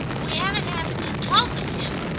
we haven't happened to talk of him,